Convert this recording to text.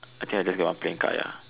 I think I just get one plain card ya